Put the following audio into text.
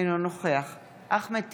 אינו נוכח אחמד טיבי,